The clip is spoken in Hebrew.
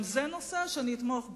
גם זה נושא שאני אתמוך בו,